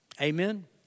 Amen